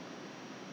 encourage